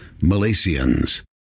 Malaysians